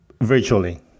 virtually